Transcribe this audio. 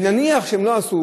נניח שהם לא עשו,